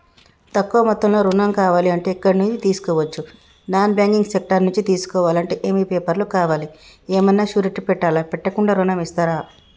తక్కువ మొత్తంలో ఋణం కావాలి అంటే ఎక్కడి నుంచి తీసుకోవచ్చు? నాన్ బ్యాంకింగ్ సెక్టార్ నుంచి తీసుకోవాలంటే ఏమి పేపర్ లు కావాలి? ఏమన్నా షూరిటీ పెట్టాలా? పెట్టకుండా ఋణం ఇస్తరా?